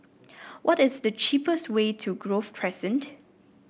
what is the cheapest way to Grove Crescent